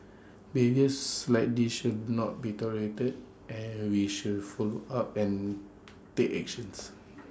behaviours like this should not be tolerated and we should follow up and take actions